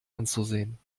anzusehen